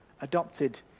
Adopted